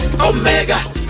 Omega